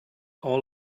all